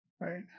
right